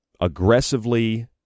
aggressively